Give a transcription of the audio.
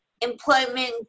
employment